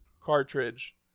cartridge